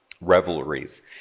revelries